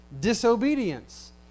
disobedience